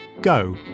Go